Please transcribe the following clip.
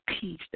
peace